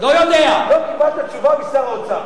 לא קיבלת תשובה משר האוצר?